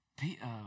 Peter